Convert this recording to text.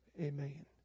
Amen